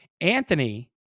Anthony